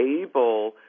able